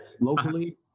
locally